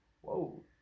Whoa